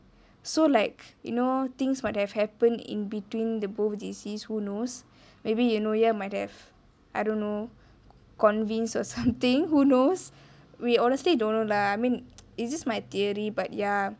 so like you know things might have happened in between the both J_Cs who knows maybe you know eunoia might have I don't know convinced or something who knows we honestly don't know lah I mean it's just my theory but ya